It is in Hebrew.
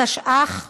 בשל הרשעה